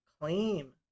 claim